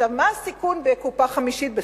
עכשיו, מה הסיכון בקופה חמישית?